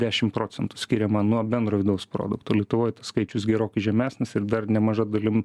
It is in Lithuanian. dešim procentų skiriama nuo bendro vidaus produkto lietuvoj tas skaičius gerokai žemesnis ir dar nemaža dalim